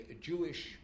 Jewish